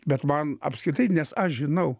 bet man apskritai nes aš žinau